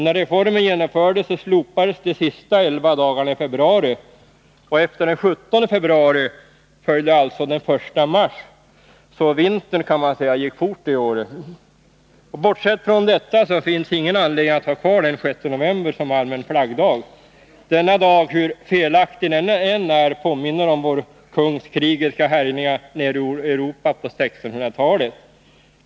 När reformen genomfördes slopades de sista 11 dagarna i februari. Efter den 17 februari följde alltså den 1 mars. Man kan alltså säga att vintern gick fort det året. Bortsett från detta finns det ingen anledning att ha kvar den 6 november som allmän flaggdag. Denna dag — hur felaktig den än är — påminner om vår kungs krigiska härjningar nere i Europa på 1600-talet.